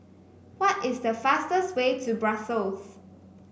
why is the fastest way to Brussels